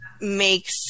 makes